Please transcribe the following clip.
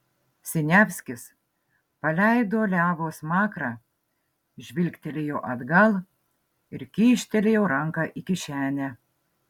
siniavskis paleido levo smakrą žengtelėjo atgal ir kyštelėjo ranką į kišenę